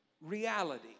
reality